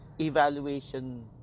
evaluation